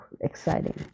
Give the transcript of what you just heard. exciting